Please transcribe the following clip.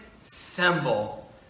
symbol